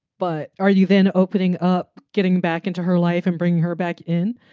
but are you then opening up, getting back into her life and bring her back in?